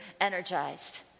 energized